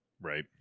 Right